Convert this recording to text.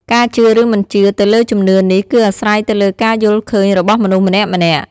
ការជឿឬមិនជឿទៅលើជំនឿនេះគឺអាស្រ័យទៅលើការយល់ឃើញរបស់មនុស្សម្នាក់ៗ។